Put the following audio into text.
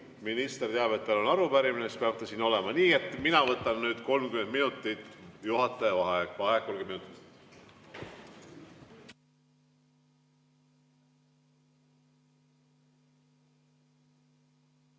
minister teab, et tal on arupärimine, siis peab ta siin olema. Nii et mina võtan nüüd 30 minutit juhataja vaheaega. Vaheaeg 30 minutit.V